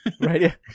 right